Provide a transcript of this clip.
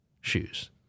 shoes